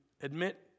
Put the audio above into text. admit